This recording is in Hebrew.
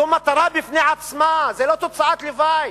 זאת מטרה בפני עצמה, זאת לא תוצאת לוואי.